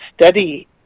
study